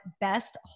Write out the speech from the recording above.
best